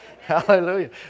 Hallelujah